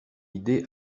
idée